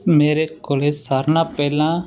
ਮੇਰੇ ਕੋਲੇ ਸਾਰਿਆਂ ਨਾਲੋਂ ਪਹਿਲਾਂ